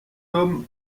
homme